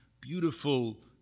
beautiful